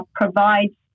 provides